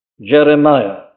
Jeremiah